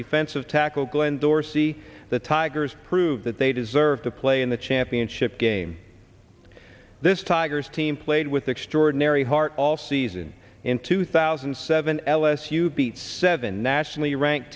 defensive tackle glenn dorsey the tigers proved that they deserved to play in the champion chip game this tigers team played with extraordinary heart all season in two thousand and seven ls you beat seven nationally rank